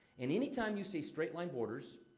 and any time you see straight-line borders.